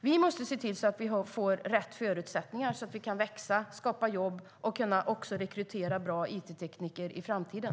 Vi måste se till att vi får rätt förutsättningar så att vi kan växa, skapa jobb och rekrytera bra it-tekniker i framtiden.